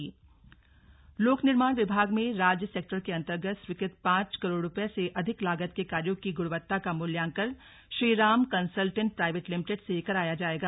slug ग्णवत्ता मूल्यांकन लोक निर्माण विभाग में राज्य सेक्टर के अन्तर्गत स्वीकृत पांच करोड़ रुपये से अधिक लागत के कार्यो की गुणवत्ता का मूल्यांकन Shri Ram consultant private limited से कराया जायेगा